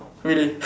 really